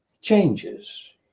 changes